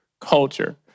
culture